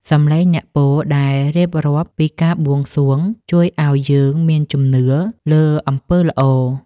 សំឡេងអ្នកពោលដែលរៀបរាប់ពីការបួងសួង ជួយឱ្យយើងមានជំនឿលើអំពើល្អ។